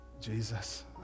Jesus